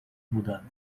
بودند